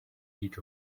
beat